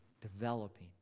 developing